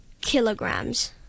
kilograms